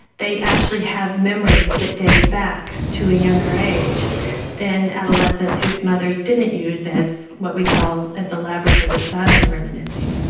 they actually have memories that date back to a younger age than adolescents whose mothers didn't use what we call as elaborative a style of reminiscing.